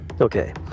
okay